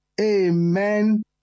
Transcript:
Amen